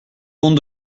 pont